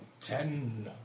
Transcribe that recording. ten